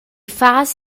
fas